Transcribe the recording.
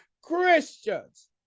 christians